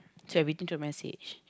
send everything to message